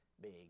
big